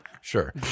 sure